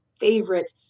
favorite